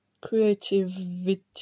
creativity